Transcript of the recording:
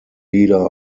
leader